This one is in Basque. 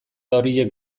horiek